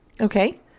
Okay